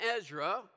Ezra